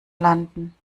landen